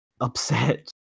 upset